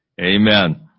Amen